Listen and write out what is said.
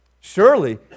Surely